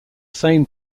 same